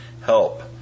Help